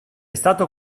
stato